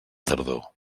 tardor